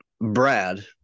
Brad